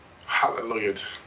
Hallelujah